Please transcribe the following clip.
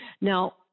now